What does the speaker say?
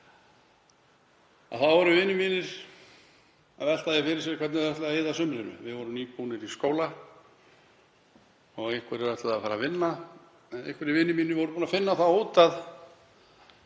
árum, voru vinir mínir að velta því fyrir sér hvernig þeir ætluðu að eyða sumrinu. Við vorum nýbúnir í skóla og einhverjir ætluðu að fara að vinna. Einhverjir vinir mínir voru búnir að finna það út að